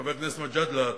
חבר הכנסת מג'אדלה,